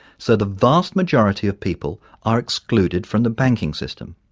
so the vast majority of people are excluded from the banking system.